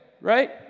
right